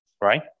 right